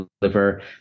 deliver